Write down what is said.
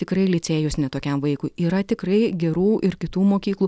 tikrai licėjus ne tokiam vaikui yra tikrai gerų ir kitų mokyklų